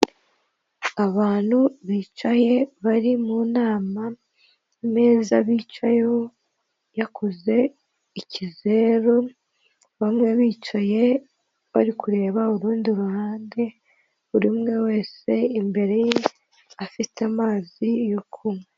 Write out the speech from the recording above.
Abantu bicaye bari mu nama, ameza bicayeho yakoze ikizeru, bamwe bicaye bari kureba urundi ruhande, buri umwe wese imbere ye afite amazi yo kuywa.